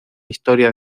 historia